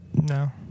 No